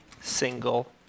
single